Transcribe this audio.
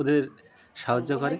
ওদের সাহায্য করে